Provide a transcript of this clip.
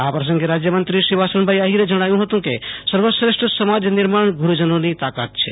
આ પ્રસંગે રાજયમંત્રીશ્રી વાસણભાઇ આહિરે જણાવ્યું હતું કે સર્વશ્રેષ્ઠ સમાજ નિર્માણ ગુરૂજનોની તાકાત છે